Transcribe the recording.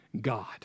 God